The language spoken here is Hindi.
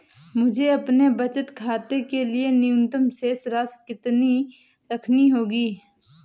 मुझे अपने बचत खाते के लिए न्यूनतम शेष राशि कितनी रखनी होगी?